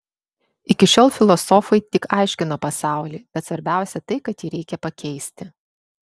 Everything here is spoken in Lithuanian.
iki šiol filosofai tik aiškino pasaulį bet svarbiausia tai kad jį reikia pakeisti